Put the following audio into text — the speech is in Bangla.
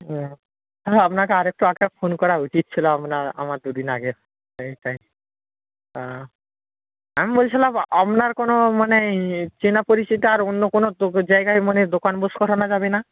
হ্যাঁ আপনাকে আর একটু আগে ফোন করা উচিত ছিল আপনার আমার দু দিন আগে সেইটাই হ্যাঁ আমি বলছিলাম আপনার কোনও মানে চেনা পরিচিত আর অন্য কোনও জায়গায় মানে দোকান বস করানো যাবে না